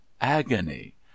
agony